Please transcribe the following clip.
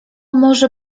może